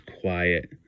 quiet